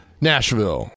Nashville